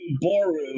Boru